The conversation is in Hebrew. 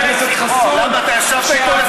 חבר הכנסת חסון, למה, אתה ישבת איתו?